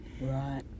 Right